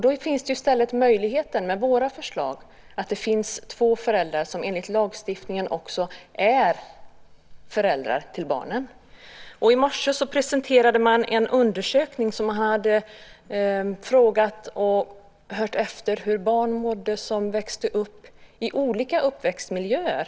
Då finns i stället möjligheten med våra förslag att det finns två föräldrar som enligt lagstiftningen också är föräldrar till barnen. I morse presenterade man en undersökning där man hade frågat hur barn mådde som växte upp i olika uppväxtmiljöer.